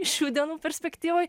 šių dienų perspektyvoje